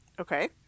Okay